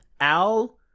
al